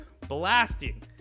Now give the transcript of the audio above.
blasting